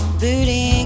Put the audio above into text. booty